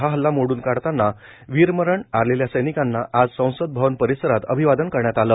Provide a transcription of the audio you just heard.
हा हल्ला मोडून काढताना वीरमरण आलेल्या सैनिकांना आज संसद भवन परिसरात अभिवादन करण्यात आलं